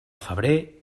febrer